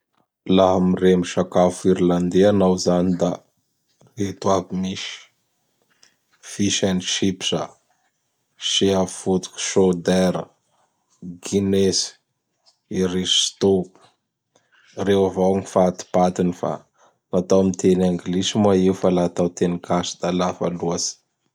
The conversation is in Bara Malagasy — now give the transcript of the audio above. Laha miremby sakafo Irlandais anao zany da reto aby mis: Fisy and Sipsa, Sea fôtksôder, Ginesy, Iristô. Reo avao gny fatipatiny fa natao am teny Anglisy moa io fa la atao am teny gasy da lava lôtsy.